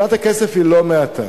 זה לא מעט,